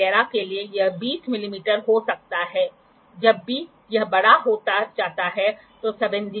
तो वे जो कहना चाह रहे हैं वह यह है कि आपके पास एक ब्लॉक हो सकता है ठीक है और फिर आपके पास ऐसा हो सकता है यह पूरी अब 35 डिग्री होगी